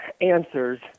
answers